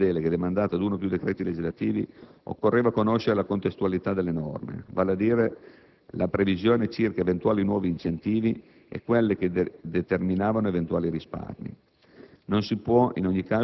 Dal momento che l'attuazione della delega é demandata ad uno o più decreti legislativi, occorreva conoscere la contestualità delle norme, vale a dire la previsione circa eventuali nuovi incentivi e quelle che determinano eventuali risparmi.